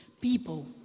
people